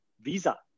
Visa